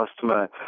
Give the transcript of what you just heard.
customer